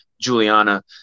Juliana